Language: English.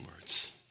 words